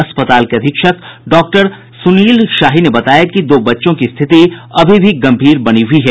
अस्पताल के अधीक्षक डॉक्टर सुनील शाही ने बताया कि दो बच्चों की स्थिति अभी भी गम्भीर बनी हुई है